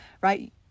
right